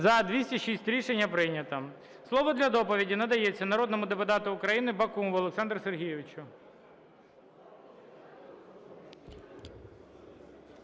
За-206 Рішення прийнято. Слово для доповіді надається народному депутату України Бакумову Олександру Сергійовичу.